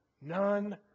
None